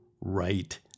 right